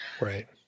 right